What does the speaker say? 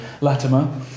Latimer